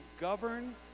govern